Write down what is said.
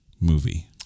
movie